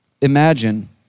Imagine